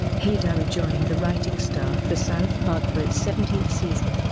hader rejoined the writing staff for south park for its seventeenth season.